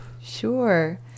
Sure